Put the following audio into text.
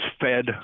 fed